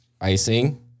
icing